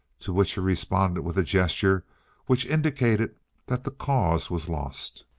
to which he responded with a gesture which indicated that the cause was lost.